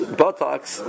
buttocks